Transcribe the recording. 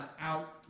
out